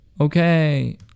Okay